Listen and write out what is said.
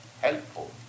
helpful